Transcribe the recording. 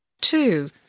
Two